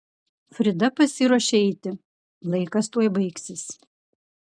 frida pasiruošė eiti laikas tuoj baigsis